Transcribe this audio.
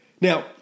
Now